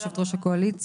יושבת ראש הקואליציה,